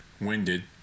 Winded